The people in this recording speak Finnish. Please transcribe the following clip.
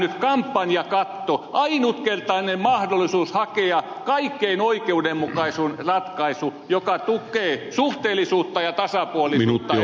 nyt olisi ainutkertainen mahdollisuus hakea kaikkein oikeudenmukaisin ratkaisu joka tukee suhteellisuutta ja tasapuolisuutta ed